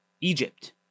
Egypt